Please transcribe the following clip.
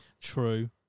True